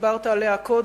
שדיברת עליהן קודם,